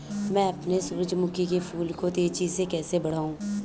मैं अपने सूरजमुखी के फूल को तेजी से कैसे बढाऊं?